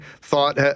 thought